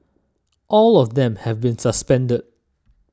all of them have been suspended